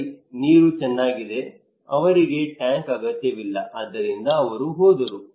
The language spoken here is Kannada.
ಸರಿ ನೀರು ಚೆನ್ನಾಗಿದೆ ಅವರಿಗೆ ಟ್ಯಾಂಕ್ ಅಗತ್ಯವಿಲ್ಲ ಆದ್ದರಿಂದ ಅವರು ಹೋದರು